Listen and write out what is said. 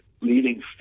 leading